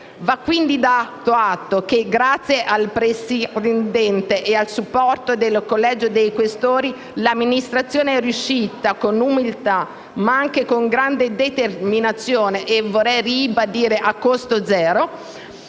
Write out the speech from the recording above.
Va quindi dato atto che, grazie al Presidente e al supporto del Collegio dei senatori Questori, l'Amministrazione è riuscita, con umiltà ma anche con grande determinazione e - lo vorrei ribadire - a costo zero,